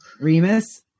Remus